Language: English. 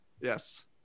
Yes